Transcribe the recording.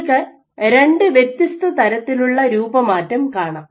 നിങ്ങൾക്ക് രണ്ടു വ്യത്യസ്തതരത്തിലുള്ള രൂപമാറ്റം കാണാം